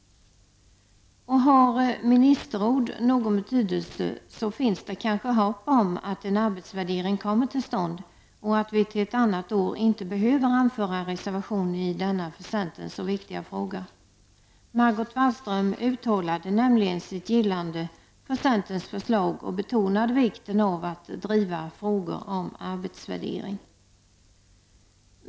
Har ministerord någon betydelse finns det kanske hopp om att en arbetsvärdering kommer till stånd och att vi till ett annat år inte behöver reservera oss i denna för centern så viktiga fråga. Margot Wallström uttalade nämligen sitt gillande för centerns förslag och betonade vikten av att driva frågor om arbetsvärdering.